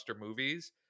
movies